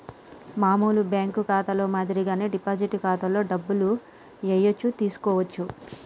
మామూలు బ్యేంకు ఖాతాలో మాదిరిగానే డిపాజిట్ ఖాతాలో డబ్బులు ఏయచ్చు తీసుకోవచ్చు